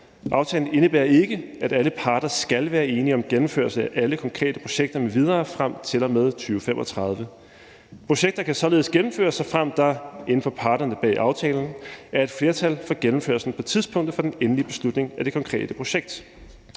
»Aftalen indebærer ikke, at alle parter skal være enige om gennemførelse af alle konkrete projekter m.v. frem til og med 2035. Projekter kan således gennemføres, såfremt der – inden for parterne bag denne aftale – er et flertal for gennemførelsen på tidspunktet for den endelige beslutning af det konkrete projekt.«